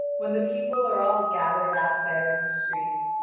when the people are all gathered out there in the streets,